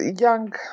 young